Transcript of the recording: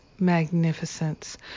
Magnificence